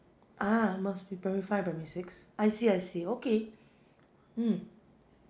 ah must be primary five primary six I see I see okay mm